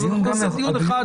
נעשה דיון אחד.